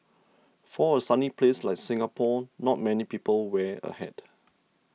for a sunny place like Singapore not many people wear a hat